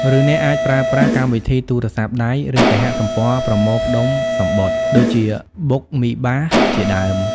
ឬអ្នកអាចប្រើប្រាស់ កម្មវិធីទូរស័ព្ទដៃ ឬគេហទំព័រប្រមូលផ្តុំសំបុត្រ ដូចជាប៊ុកមីបាស៍ ជាដើម។